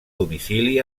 domicili